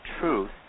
truth